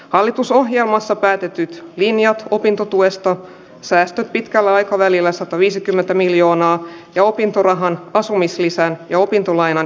hallitusohjelmassa päätetyt linjat opintotuesta säästöt pitkällä aikavälillä sataviisikymmentä miljoonaa ja opintorahan asumislisän ja opintolainan